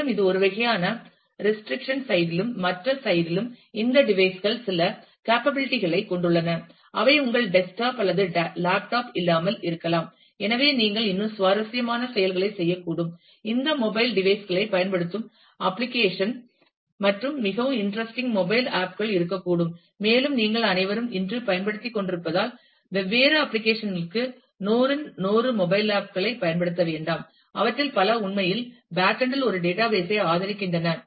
மேலும் இது ஒரு வகையான ரெஸ்றிக்சன் சைட் லும் மற்ற சைட் லும் இந்த டிவைஸ் கள் சில கேப்பபிளிட்டிஷ் களைக் கொண்டுள்ளன அவை உங்கள் டெஸ்க்டாப் அல்லது லேப்டாப் இல்லாமல் இருக்கலாம் எனவே நீங்கள் இன்னும் சுவாரஸ்யமான செயல்களைச் செய்யக்கூடும் இந்த மொபைல் டிவைஸ் களைப் பயன்படுத்தும் அப்ளிகேஷன் மற்றும் மிகவும் இன்ட்ரஸ்டிங் மொபைல் ஆப் கள் இருக்கக்கூடும் மேலும் நீங்கள் அனைவரும் இன்று பயன்படுத்திக் கொண்டிருப்பதால் வெவ்வேறு அப்ளிகேஷன் களுக்கு 100 இன் 100 மொபைல் ஆப் களைப் பயன்படுத்த வேண்டாம் அவற்றில் பல உண்மையில் பேக் எண்ட் இல் ஒரு டேட்டாபேஸ் ஐ ஆதரிக்கின்றன